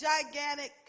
gigantic